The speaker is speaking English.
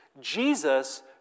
Jesus